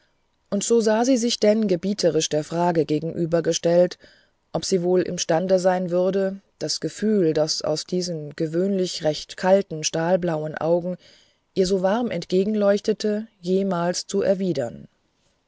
und so sah sie sich denn gebieterisch der frage gegenübergestellt ob sie wohl imstande sein würde das gefühl das aus diesen gewöhnlich recht kalten stahlblauen augen ihr so warm entgegenleuchtete jemals zu erwidern